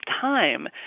time